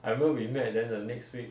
I remember we met then the next week